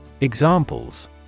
Examples